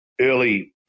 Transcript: early